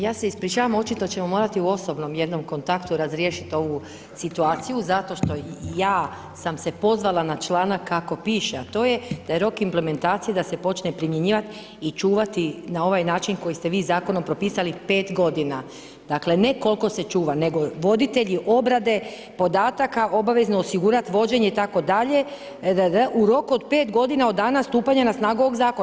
Ja se ispričavam, očito ćemo morati osobno jednom kontaktu razriješiti ovu situaciju, zato što sam se ja pozvala na čl. kako piše, a to je da je rok implementacije, da se počne primjenjivati i čuvati na ovaj način koji ste vi zakonom propisali 5 g. Dakle ne koliko se čuva, nego voditelji obrade podataka obavezno osigurati vođenje itd. u roku od 5 g. od dana stupanje na snagu ovog zakona.